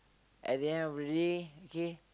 at the end of the day okay